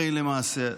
הרי למעשה".